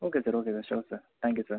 okay sir okay sir sir thank you sir